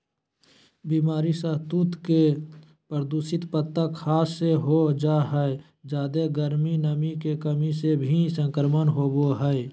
बीमारी सहतूत के दूषित पत्ता खाय से हो जा हई जादे गर्मी, नमी के कमी से भी संक्रमण होवई हई